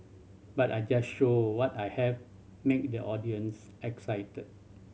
but I just show what I have make the audience excited